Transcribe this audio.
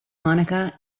monica